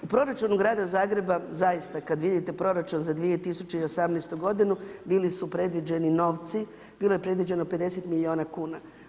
U proračunu grada Zagreba zaista kad vidite proračun za 2018. g. bili su predviđeni novci, bilo je predviđeno 50 milijuna kuna.